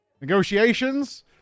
negotiations